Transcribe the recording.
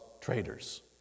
traitors